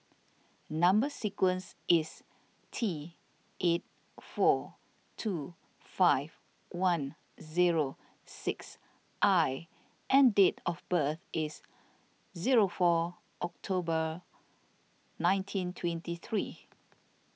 Number Sequence is T eight four two five one zero six I and date of birth is zero four October nineteen twenty three